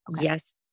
yes